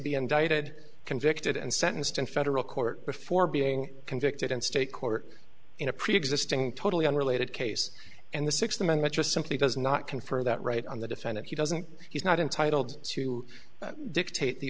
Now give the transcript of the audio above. be indicted convicted and sentenced in federal court before being convicted in state court in a preexisting totally unrelated case and the sixth amendment just simply does not confer that right on the defendant he doesn't he's not entitled to dictate the